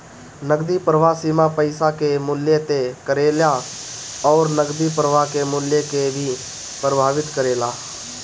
नगदी प्रवाह सीमा पईसा कअ मूल्य तय करेला अउरी नगदी प्रवाह के मूल्य के भी प्रभावित करेला